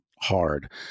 hard